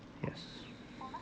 yes